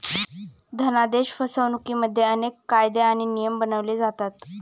धनादेश फसवणुकिमध्ये अनेक कायदे आणि नियम बनवले जातात